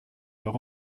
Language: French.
leur